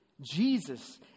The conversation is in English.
Jesus